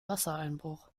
wassereinbruch